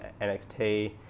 NXT